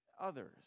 others